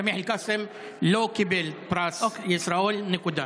סמיח אל-קאסם לא קיבל פרס ישראל, נקודה.